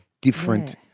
different